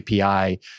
API